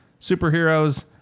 superheroes